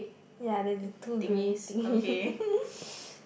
ya there's two grey thing